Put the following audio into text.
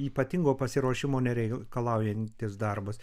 ypatingo pasiruošimo nereikalaujantis darbas